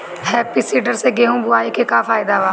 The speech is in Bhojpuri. हैप्पी सीडर से गेहूं बोआई के का फायदा बा?